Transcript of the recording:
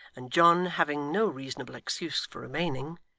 and john, having no reasonable excuse for remaining,